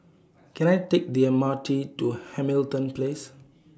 Can I Take The M R T to Hamilton Place